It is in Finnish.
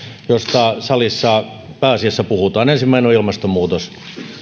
joista salissa pääasiassa puhutaan ensimmäinen on ilmastonmuutos